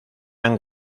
han